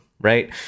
right